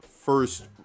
first